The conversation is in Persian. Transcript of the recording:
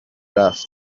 رفت